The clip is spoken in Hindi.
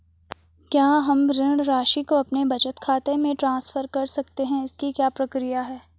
क्या हम ऋण राशि को अपने बचत खाते में ट्रांसफर कर सकते हैं इसकी क्या प्रक्रिया है?